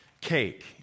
cake